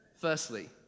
Firstly